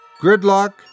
Gridlock